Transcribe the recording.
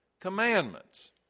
Commandments